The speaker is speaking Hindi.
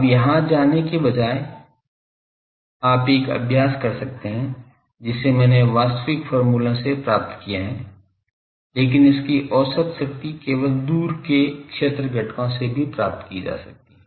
अब यहां जाने के बजाय आप एक अभ्यास कर सकते हैं जिसे मैंने वास्तविक फॉर्मूलों से प्राप्त किया है लेकिन इसकी औसत शक्ति केवल दूर के क्षेत्र घटकों से भी प्राप्त की जा सकती है